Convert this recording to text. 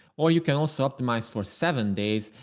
or you can also optimize for seven days.